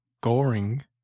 Goring